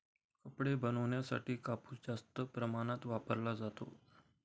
कपडे बनवण्यासाठी कापूस जास्त प्रमाणात वापरला जातो